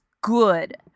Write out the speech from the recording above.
good